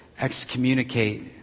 excommunicate